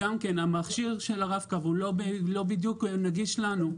בנוסף המכשיר של הרב קו לא בדיוק נגיש לנו.